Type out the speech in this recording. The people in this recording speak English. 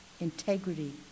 integrity